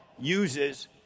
uses